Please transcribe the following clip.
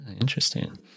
Interesting